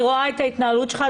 אני רואה את ההתנהלות שלך,